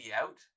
out